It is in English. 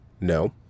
No